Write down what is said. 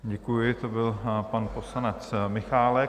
Děkuji, to byl pan poslanec Michálek.